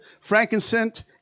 frankincense